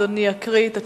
אדוני יקרא את התשובה.